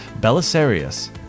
Belisarius